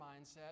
mindset